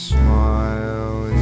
smile